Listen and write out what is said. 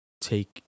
take